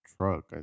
truck